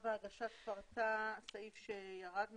הגשת פרטה סעיף שירד מהתוספת.